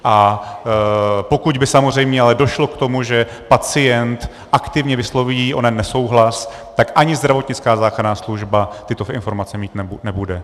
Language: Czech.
A pokud by samozřejmě ale došlo k tomu, že pacient aktivně vysloví onen nesouhlas, tak ani zdravotnická záchranná služba tyto informace mít nebude.